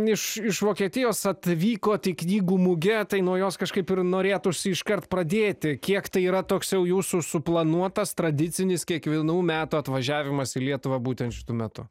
iš iš vokietijos atvykot į knygų mugę tai nuo jos kažkaip ir norėtųsi iškart pradėti kiek tai yra toks jau jūsų suplanuotas tradicinis kiekvienų metų atvažiavimas į lietuvą būtent šitu metu